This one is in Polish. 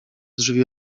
drzwi